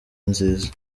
nziza